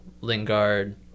Lingard